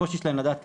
הקושי שלהם לדעת,